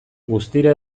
guztira